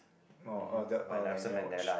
orh the orh I never watch